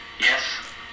yes